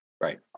Right